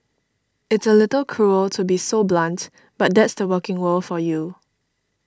it's a little cruel to be so blunt but that's the working world for you